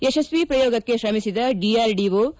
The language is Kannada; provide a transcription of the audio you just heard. ಯಶಸ್ತಿ ಪ್ರಯೋಗಕ್ಕೆ ಶ್ರಮಿಸಿದ ಡಿಆರ್ಡಿಟಿ